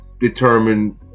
determined